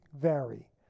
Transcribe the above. vary